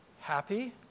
happy